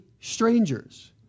strangers